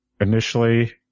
initially